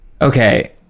okay